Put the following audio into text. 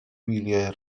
hwyliau